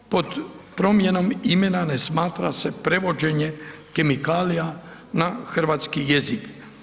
Pod promjenom imena ne smatra se prevođenje kemikalija na hrvatski jezik.